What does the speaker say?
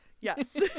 Yes